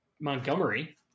Montgomery